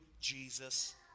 Jesus